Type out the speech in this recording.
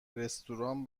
رستوران